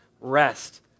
rest